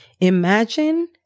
imagine